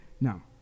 Now